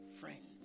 friends